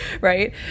right